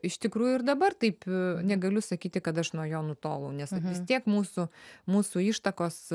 iš tikrųjų ir dabar taip negaliu sakyti kad aš nuo jo nutolau nes tiek mūsų mūsų ištakos